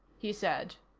he said.